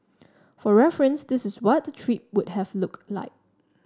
for reference this is what the trip would have looked like